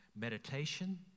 meditation